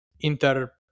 Inter